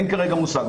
אין כרגע מושג.